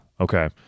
Okay